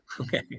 Okay